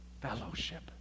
fellowship